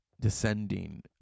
descending